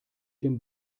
den